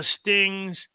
stings